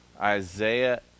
Isaiah